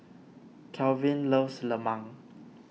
Kelvin loves Lemang